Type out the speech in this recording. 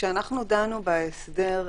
כשדנו בהסדר,